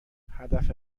هدف